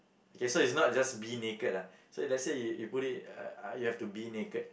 okay so is not just be naked ah so let's say you put it ah you have to be naked